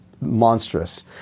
monstrous